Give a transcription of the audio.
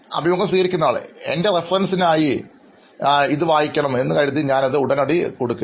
അഭിമുഖം സ്വീകരിക്കുന്നയാൾ എൻറെ റഫറൻസിനായി ഇത് വായിക്കണം എന്ന് കരുതി ഞാനത് ഉടനടി നൽകാറില്ല